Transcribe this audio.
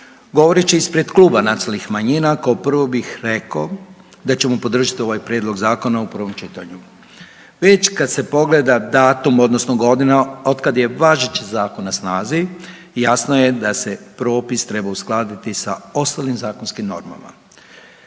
govoreći ispred Kluba nacionalnih manjina kao prvo bih rekao da ćemo podržati ovaj prijedlog zakona u prvom čitanju. Već kad se pogleda datum odnosno godina od kad je važeći zakon na snazi jasno je da se propis treba uskladiti sa ostalim zakonskim normama.